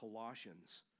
Colossians